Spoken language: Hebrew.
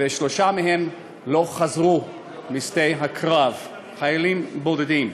ושלושה מהם לא חזרו משדה הקרב חיילים בודדים.